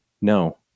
No